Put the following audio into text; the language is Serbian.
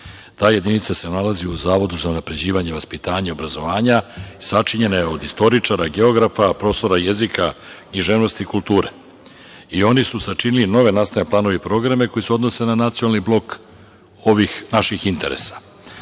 Ta jedinica se nalazi u Zavodu za unapređivanje, vaspitanje i obrazovanje, a sačinjena je od istoričara, geografa, profesora jezika, književnosti i kulture i oni su sačinili nove nastavne planove i programe koji se odnose na nacionalni blok ovih naših interesa. Održao